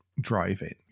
driving